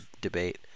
debate